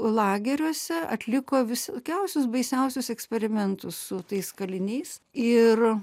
lageriuose atliko visokiausius baisiausius eksperimentus su tais kaliniais ir